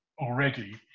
already